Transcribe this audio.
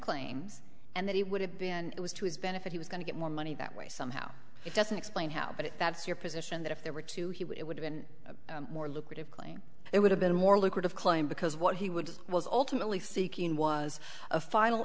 claims and that he would have been it was to his benefit he was going to get more money that way somehow it doesn't explain how but that's your position that if there were two he would it would have been a more lucrative claim it would have been more lucrative claim because what he would was ultimately seeking was a final